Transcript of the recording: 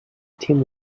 tim